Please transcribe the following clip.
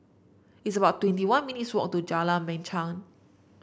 it's about twenty one minutes' walk to Jalan Machang